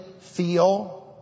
feel